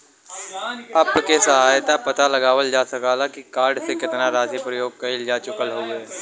app के सहायता से पता लगावल जा सकल जाला की कार्ड से केतना राशि प्रयोग कइल जा चुकल हउवे